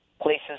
places